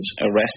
arrest